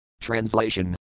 Translation